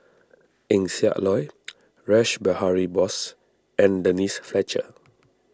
Eng Siak Loy Rash Behari Bose and Denise Fletcher